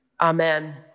Amen